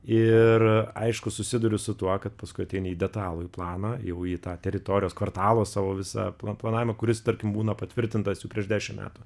ir aišku susiduri su tuo kad paskui ateini į detalųjį planą jau į tą teritorijos kvartalo savo visa pla planavimą kuris tarkim būna patvirtintas jau prieš dešim metų